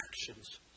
actions